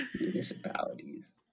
Municipalities